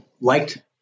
liked